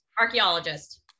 Archaeologist